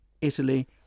Italy